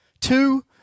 Two